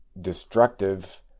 destructive